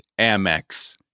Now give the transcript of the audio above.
Amex